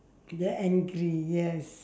get angry yes